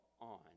on